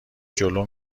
جلو